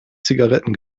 zigaretten